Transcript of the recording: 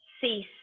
cease